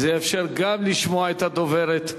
זה יאפשר גם לשמוע את הדוברת.